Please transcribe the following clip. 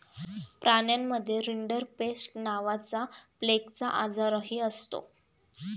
प्राण्यांमध्ये रिंडरपेस्ट नावाचा प्लेगचा आजारही असतो